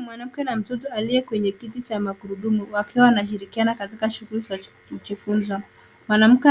Mwanamke na mtoto aliye kwenye kiti cha magurudumu wakiwa wanashirikiana katika shughuli za kujifunza. Mwanamke